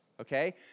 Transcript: okay